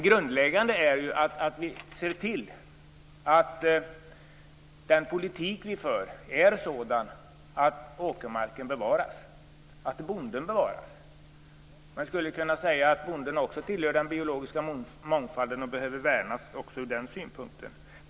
Grundläggande är att vi ser till att den politik vi för är sådan att åkermarken bevaras och att bonden bevaras. Man skulle kunna säga att också bonden tillhör den biologiska mångfalden och behöver värnas även ur den synpunkten.